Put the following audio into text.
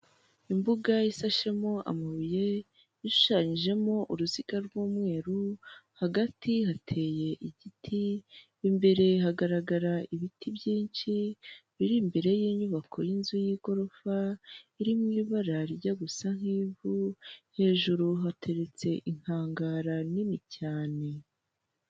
Imbuga isashemo amabuye, ishushanyijemo uruziga rw'umweru, hagati hateye igiti, imbere hagaragara ibiti byinshi biri imbere y'inyubako y'inzu y'igorofa iri mu ibara rijya gusa nk'ivu, hejuru hateretse inkangara nini cyane.